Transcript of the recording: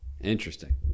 Interesting